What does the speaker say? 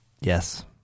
yes